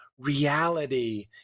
Reality